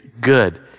good